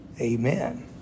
amen